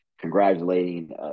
congratulating